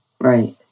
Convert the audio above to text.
Right